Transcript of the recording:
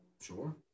Sure